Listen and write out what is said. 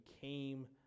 came